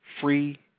free